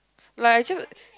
like I just